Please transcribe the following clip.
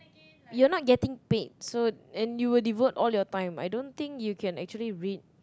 you're not getting paid so and you will devote all your time I don't think you can actually read